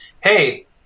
hey